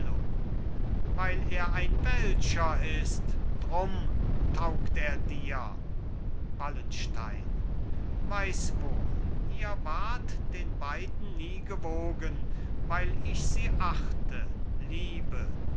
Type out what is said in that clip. weil er ein welscher ist drum taugt er dir wallenstein weiß wohl ihr wart den beiden nie gewogen weil ich sie achte liebe